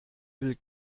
will